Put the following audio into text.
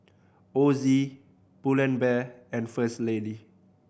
Ozi Pull and Bear and First Lady